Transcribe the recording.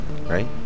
right